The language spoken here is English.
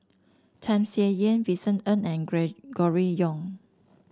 Tham Sien Yen Vincent Ng and Gregory Yong